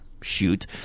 shoot